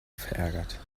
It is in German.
verärgert